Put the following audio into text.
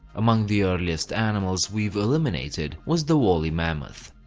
among the earliest animals we've eliminated was the woolly mammoth.